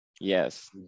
Yes